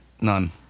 None